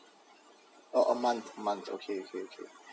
oh a month a month okay okay okay